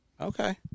Okay